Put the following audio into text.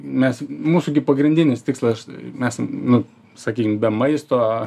mes mūsų gi pagrindinis tikslas mes nu sakykim be maisto